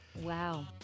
Wow